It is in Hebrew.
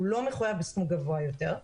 הוא לא מחויב בסכום גבוה יותר.